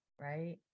right